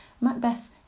Macbeth